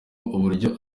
uburyo